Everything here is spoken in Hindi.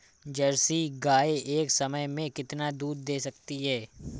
जर्सी गाय एक समय में कितना दूध दे सकती है?